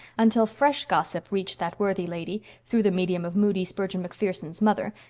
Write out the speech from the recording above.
until fresh gossip reached that worthy lady, through the medium of moody spurgeon macpherson's mother,